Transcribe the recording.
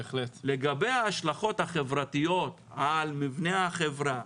לגבי ההשלכות על החברתיות על מבנה החברה,